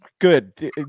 Good